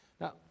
now